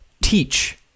teach